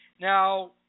Now